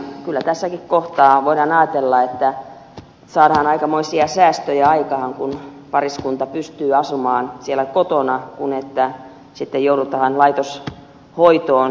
kyllä tässäkin kohtaa voidaan ajatella että saadaan aikamoisia säästöjä aikaan kun pariskunta pystyy asumaan kotona sen sijaan että joudutaan laitoshoitoon